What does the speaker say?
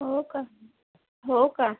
हो का हो का